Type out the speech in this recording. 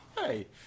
Hey